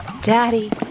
Daddy